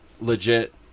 legit